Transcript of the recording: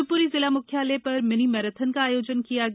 शिवपूरी जिला मुख्यालय पर मिनी मैराथन रेस का आयोजन किया गया